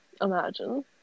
Imagine